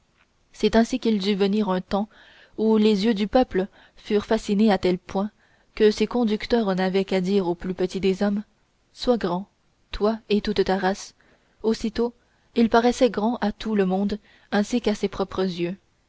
c'est ainsi qu'il dut venir un temps où les yeux du peuple furent fascinés à tel point que ses conducteurs n'avaient qu'à dire au plus petit des hommes sois grand toi et toute ta race aussitôt il paraissait grand à tout le monde ainsi qu'à ses propres yeux